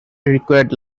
required